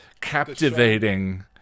captivating